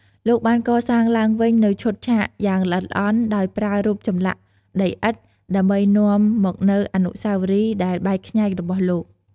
លោកបានកសាងឡើងវិញនូវឈុតឆាកយ៉ាងល្អិតល្អន់ដោយប្រើរូបចម្លាក់ដីឥដ្ឋ ដើម្បីនាំមកនូវអនុស្សាវរីយ៍ដែលបែកខ្ញែករបស់លោក។